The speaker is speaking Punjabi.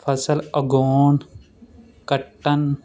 ਫਸਲ ਉਗਾਉਣ ਕੱਟਣ